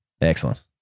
Excellent